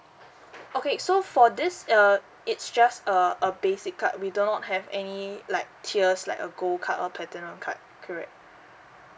okay so for this err it's just a a basic card we do not have any like tiers like a gold card or platinum card correct